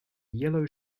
yellow